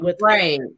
Right